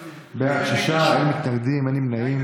שישה, אין מתנגדים, אין נמנעים.